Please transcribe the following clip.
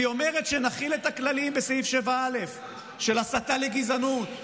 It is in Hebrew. והיא אומרת שנחיל את הכללים בסעיף 7א של הסתה לגזענות,